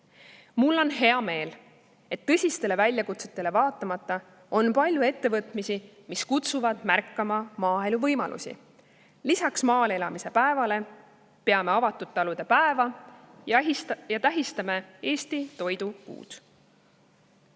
Mul on hea meel, et tõsistele väljakutsetele vaatamata on palju ettevõtmisi, mis kutsuvad märkama maaelu võimalusi. Lisaks maal elamise päevale peame avatud talude päeva ja tähistame Eesti toidu kuud.